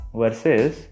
versus